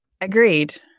Agreed